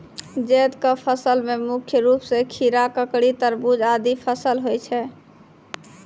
जैद क फसल मे मुख्य रूप सें खीरा, ककड़ी, तरबूज आदि फसल होय छै